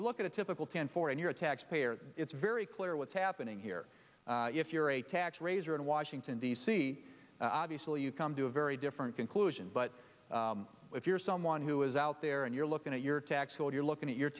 you look at a typical ten four and you're a tax payer it's very clear what's happening here if you're a tax raiser in washington in the sea obviously you come to a very different conclusion but if you're someone who is out there and you're looking at your tax code you're looking at your